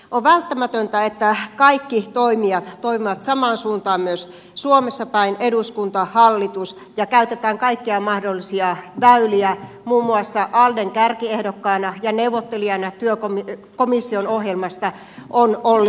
on välttämätöntä että kaikki toimijat toimivat samaan suuntaan myös suomessa päin eduskunta hallitus ja käytetään kaikkia mahdollisia väyliä muun muassa alden kärkiehdokkaana ja neuvottelijana komission ohjelmasta on olli rehn